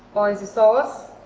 oyster sauce,